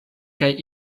kaj